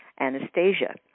Anastasia